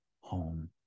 home